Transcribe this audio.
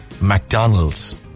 McDonald's